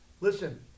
Listen